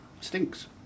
stinks